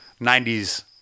90s